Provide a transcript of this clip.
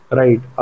right